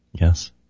Yes